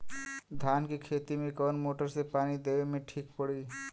धान के खेती मे कवन मोटर से पानी देवे मे ठीक पड़ी?